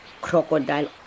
Crocodile